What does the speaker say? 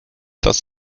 das